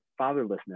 fatherlessness